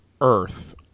Earth